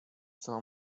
całą